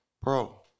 Bro